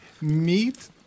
Meat